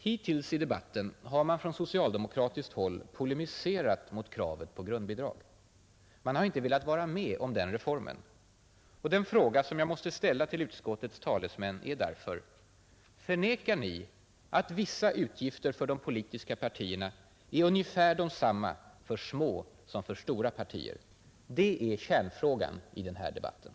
Hittills i debatten har man från socialdemokratiskt håll polemiserat mot kravet på grundbidrag. Man har inte velat vara med om den reformen. Den fråga som jag måste ställa till utskottets talesmän är därför: Förnekar ni att vissa utgifter för de politiska partierna är ungefär desamma för små som för stora partier? Det är kärnfrågan i den här debatten.